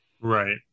Right